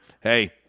hey